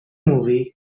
movie